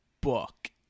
Book